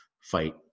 fight